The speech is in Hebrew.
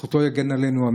זכותו יגן עלינו,